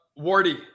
Wardy